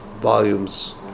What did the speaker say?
volumes